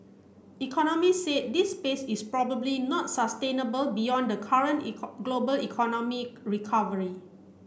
economy said this pace is probably not sustainable beyond the current global economic recovery